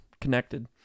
connected